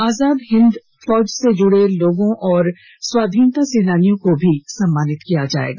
आजाद हिंद फौज से जुड़े लोगों और स्वाधीनता सेनानियों को भी सम्माानित किया जायेगा